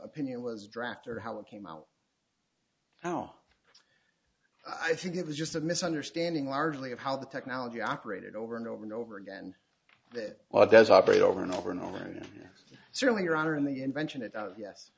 opinion was draft or how it came out oh i think it was just a misunderstanding largely of how the technology operated over and over and over again that well it does operate over and over and over and certainly your honor in the invention it yes